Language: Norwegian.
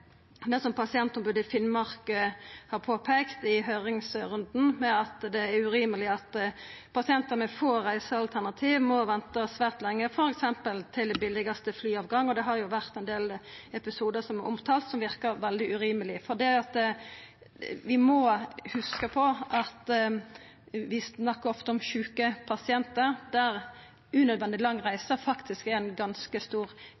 det som pasientombodet i Finnmark har påpeikt i høyringsrunden, med at det er urimeleg at pasientar med få reisealternativ må venta svært lenge, f.eks. til billegaste flyavgang. Det har òg vore ein del episodar som har vorte omtalte, som verkar veldig urimelege. For vi må hugsa på at vi ofte snakkar om sjuke pasientar, der unødvendig lang reise faktisk er ei ganske stor